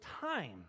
time